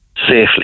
safely